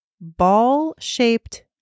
ball-shaped